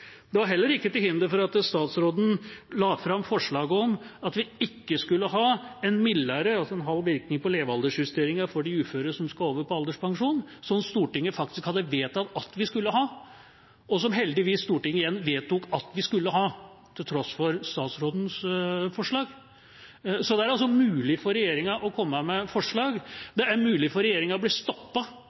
Det var heller ikke til hinder for at statsråden la fram forslaget om at vi ikke skulle ha en mildere, altså en halv, virkning på levealdersjusteringen for de uføre som skal over på alderspensjon, som Stortinget faktisk hadde vedtatt at vi skulle ha, og som heldigvis Stortinget igjen vedtok at vi skulle ha, til tross for statsrådens forslag. Det er altså mulig for regjeringa å komme med forslag. Det er mulig for regjeringa å bli